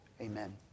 Amen